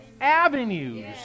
avenues